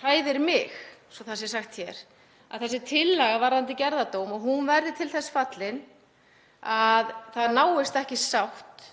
hræðir mig, svo það sé sagt hér, er að þessi tillaga varðandi gerðardóm verði til þess fallin að það náist ekki sátt